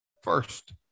first